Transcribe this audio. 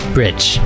Bridge